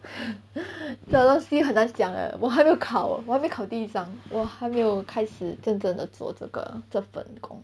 the last few 很难讲的我还没有考我还没有考第一张我还没有开始真正的做这个这份工